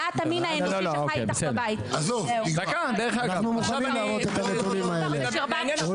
לאחר מכן 101 והחמישי שנכנס היה עם 67. לא נכנסה מתמודדת עם 60 קולות,